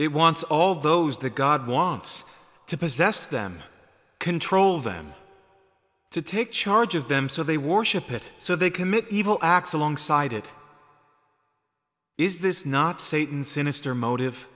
it wants all those that god wants to possess them control them to take charge of them so they worship it so they commit evil acts alongside it is this not satan sinister